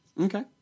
Okay